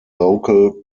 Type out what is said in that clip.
local